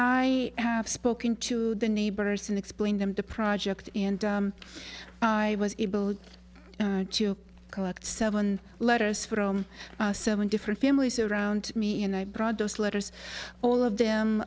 i have spoken to the neighbors and explain them to project and i was able to collect seven letters from seven different families around me and i brought those letters all of them